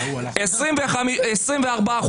24%